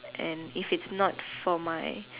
and if it's from my